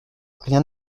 rien